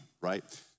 right